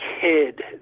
kid